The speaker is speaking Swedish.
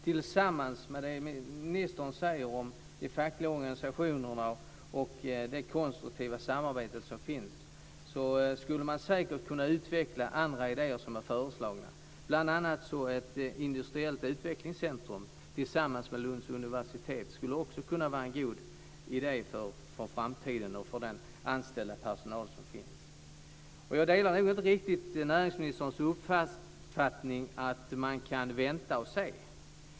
Tillsammans med det ministern säger om de fackliga organisationerna och det konstruktiva samarbete som finns skulle man säkert kunna utveckla andra idéer som är föreslagna. Bl.a. skulle ett industriellt utvecklingscentrum tillsammans med Lunds universitet också kunna vara en god idé för framtiden och för den anställda personal som finns. Jag delar nog inte riktigt näringsministerns uppfattning att man kan vänta och se.